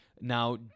Now